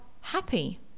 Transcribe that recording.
happy